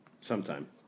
sometime